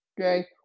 okay